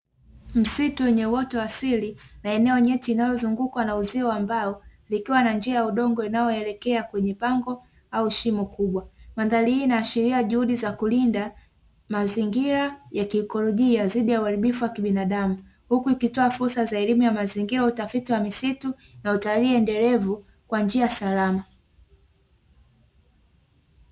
Msitu yenye uoto wa asili na eneo nyeti linalozungukwa na uzio wa mbao, likiwa na njia ya udongo inayoelekea kwenye pango au shimo kubwa. Mandhari hii inaashiria juhudi za kulinda mazingira ya kiekolojiia dhidi ya uharibifu wa kibinadamu. Huku ikitoa fursa za elimu ya mazingira utafiti wa misitu na utalii endelevu kwa njia ya salama.